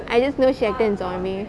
I just know she acted in zombie